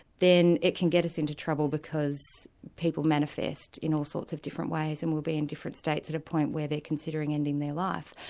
then it can get us into trouble, because people manifest in all sorts of different ways and will be in different states at a point where they're considering ending their life.